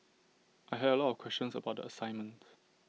I had A lot of questions about assignment